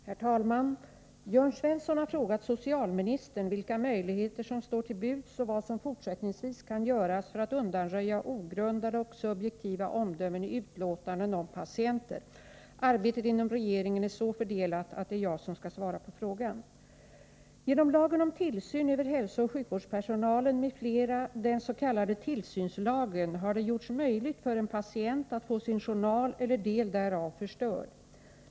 Herr talman! Jörn Svensson har frågat socialministern vilka möjligheter som står till buds och vad som fortsättningsvis kan göras för att undanröja ogrundade och subjektiva omdömen i utlåtanden om patienter. Arbetet inom regeringen är så fördelat att det är jag som skall svara på frågan. Genom lagen om tillsyn över hälsooch sjukvårdspersonalen m.fl., den s.k. tillsynslagen, har det gjorts möjligt för en patient att få sin journal, eller del därav, förstörd.